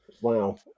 Wow